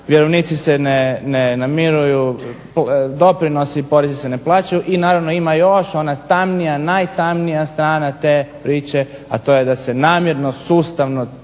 vjerovnici se ne namiruju, doprinosi i porezi se ne plaćaju i naravno ima još ona tamnija najtamnija strana te priče, a to je da se namjerno sustavno